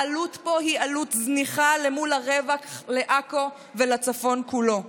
העלות פה היא עלות זניחה למול הרווח לעכו ולצפון כולו.